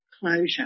closure